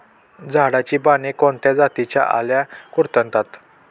झाडाची पाने कोणत्या जातीच्या अळ्या कुरडतात?